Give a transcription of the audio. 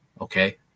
Okay